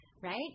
Right